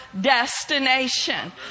destination